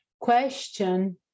question